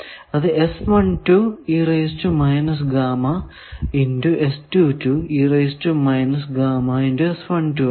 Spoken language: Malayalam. അത് ആണ്